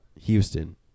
Houston